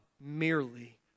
merely